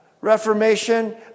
Reformation